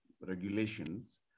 regulations